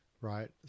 Right